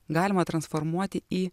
galima transformuoti į